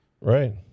Right